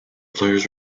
players